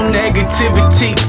negativity